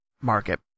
market